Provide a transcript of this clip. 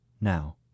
now